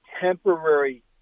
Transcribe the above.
temporary